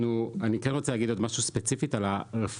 אני כן רוצה להגיד עוד משהו, ספציפית על הרפורמה.